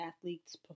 athletes